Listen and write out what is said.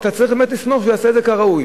ואתה צריך באמת לסמוך שהוא יעשה את זה כראוי.